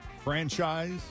franchise